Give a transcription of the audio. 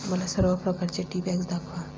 मला सर्व प्रकारचे टी बॅग्स दाखवा